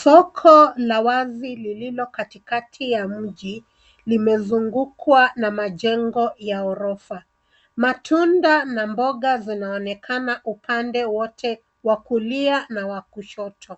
Soko la wazi lililo katikati ya mji limezungukwa na majengo ya orofa. Matunda na mboga zinaonekana upande wote wa kulia na wa kushoto.